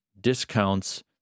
discounts